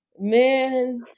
Man